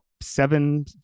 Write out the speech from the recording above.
seven